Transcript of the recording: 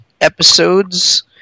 episodes